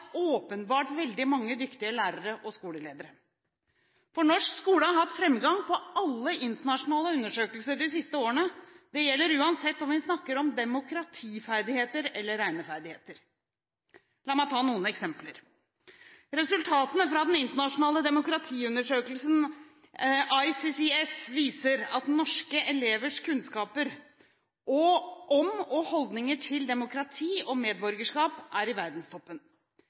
åpenbart veldig mange dyktige lærere og skoleledere, for norsk skole har hatt framgang på alle internasjonale undersøkelser de siste årene. Det gjelder uansett om vi snakker om demokratiferdigheter eller regneferdigheter. La meg ta noen eksempler: Resultatene fra den internasjonale demokratiundersøkelsen ICCS viser at norske elevers kunnskaper om og holdninger til demokrati og medborgerskap er i verdenstoppen.